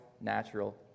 natural